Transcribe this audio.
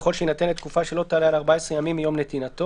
יכול שיינתן לתקופה שלא תעלה על 14 ימים מיום נתינתו.";